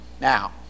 Now